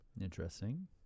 Interesting